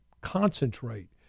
concentrate